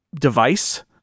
device